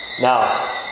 Now